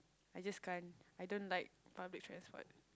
I just can't I don't like public transport